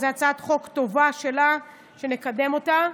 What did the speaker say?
זו הצעת חוק טובה שלה, ונקדם אותה.